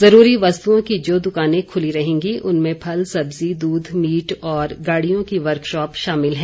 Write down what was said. जरूरी वस्तुओं की जो दुकानें खुली रहेंगी उनमें फल सब्जी दूध मीट और गाड़ियों की वर्कशॉप शामिल है